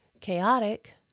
Chaotic